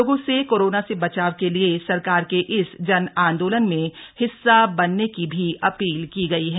लोगों से कोरोना से बचाव के लिए सरकार के इस जनआंदोलन में हिस्सा बनने की भी अपील की गई है